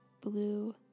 blue